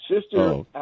sister